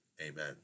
Amen